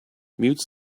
mutes